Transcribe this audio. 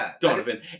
Donovan